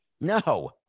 No